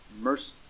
mercy